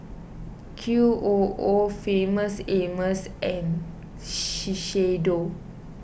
Q O O Famous Amos and Shiseido